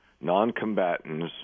non-combatants